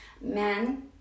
men